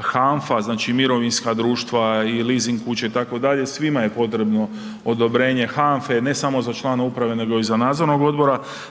HANFA znači mirovinska društva i leasing kuće itd., svima je potrebno odobrenje HANFE ne samo za člana uprave nego i za nadzornog odbora,